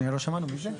סליחה, לא שמענו, מי זה?